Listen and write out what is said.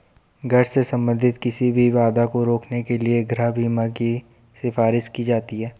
घर से संबंधित किसी भी बाधा को रोकने के लिए गृह बीमा की सिफारिश की जाती हैं